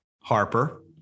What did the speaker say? Harper